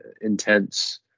intense